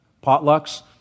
potluck's